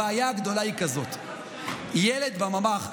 הבעיה הגדולה היא כזאת: ילד בממ"ח,